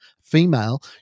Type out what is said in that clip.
female